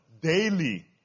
daily